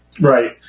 Right